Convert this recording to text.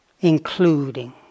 including